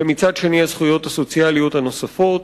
ומצד שני הזכויות הסוציאליות הנוספות.